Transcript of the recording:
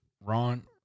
Ron